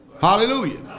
Hallelujah